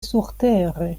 surtere